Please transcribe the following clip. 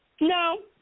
No